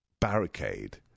barricade